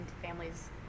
families